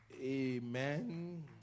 Amen